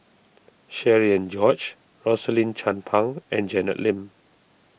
Cherian George Rosaline Chan Pang and Janet Lim